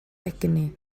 egni